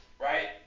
Right